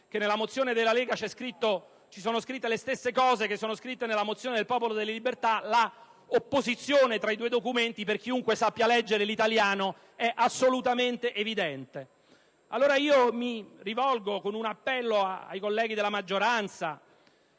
che nella mozione della Lega sono scritte le stesse cose che sono scritte in quella del Popolo della Libertà, la contraddizione tra i due documenti, per chiunque sappia leggere l'italiano, è assolutamente evidente. Mi rivolgo allora con un appello ai colleghi della maggioranza